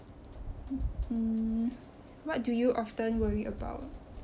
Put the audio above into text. mm what do you often worry about